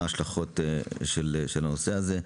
ומה ההשלכות של הנושא הזה?